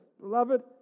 beloved